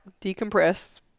decompress